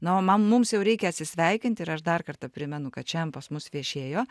na o man mums jau reikia atsisveikinti ir aš dar kartą primenu kad šiandien pas mus viešėjo